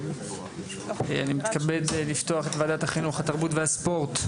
אני מתכבד לפתוח את ועדת החינוך, התרבות והספורט,